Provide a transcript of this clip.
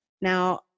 now